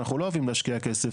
אנחנו לא אוהבים להשקיע כסף.